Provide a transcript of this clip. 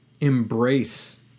embrace